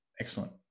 excellent